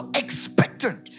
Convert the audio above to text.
expectant